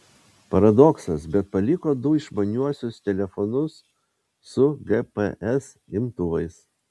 paradoksas bet paliko du išmaniuosius telefonus su gps imtuvais